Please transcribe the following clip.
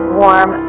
warm